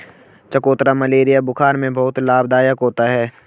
चकोतरा मलेरिया बुखार में बहुत लाभदायक होता है